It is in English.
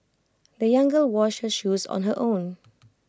the young girl washed her shoes on her own